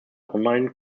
online